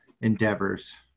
endeavors